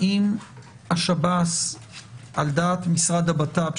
האם השב"ס על דעת משרד הבט"פ,